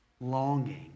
longing